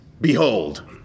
Behold